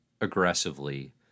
aggressively